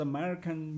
American